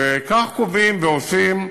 וכך קובעים ועושים.